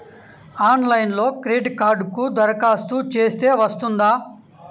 ఆన్లైన్లో క్రెడిట్ కార్డ్కి దరఖాస్తు చేస్తే వస్తుందా?